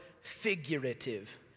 figurative